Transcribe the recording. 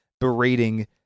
berating